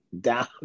down